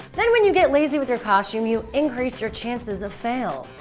then when you get lazy with your costume, you increase your chances of fail.